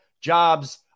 jobs